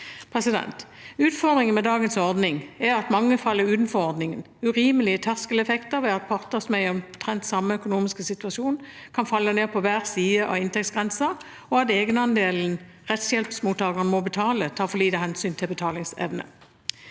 Utfordringen med dagens ordning er at mange faller utenfor ordningen, at det er urimelige terskeleffekter ved at parter som er i omtrent samme økonomiske situasjon, kan falle på hver sin side av inntektsgrensen, og at egenandelen rettshjelpsmottakeren må betale, tar for lite hensyn til betalingsevne.